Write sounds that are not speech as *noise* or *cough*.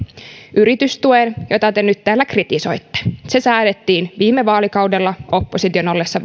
yritystuen jota te nyt täällä kritisoitte se säädettiin viime vaalikaudella opposition ollessa *unintelligible*